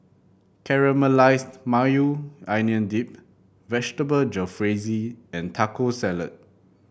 Caramelized Maui Onion Dip Vegetable Jalfrezi and Taco Salad